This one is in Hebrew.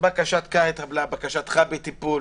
"בקשתך התקבלה", "בקשתך בטיפול".